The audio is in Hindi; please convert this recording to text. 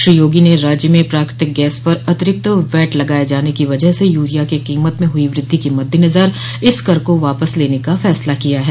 श्री योगी ने राज्य में प्राकृतिक गैस पर अतिरिक्त वैट लगाये जाने की वजह से यूरिया की कोमत में हुई वृद्धि के मद्देनजर इस कर को वापस लेने का फैसला किया है